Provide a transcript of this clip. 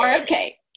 Okay